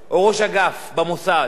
הוא לא הולך ומתראיין על מה שהוא רוצה,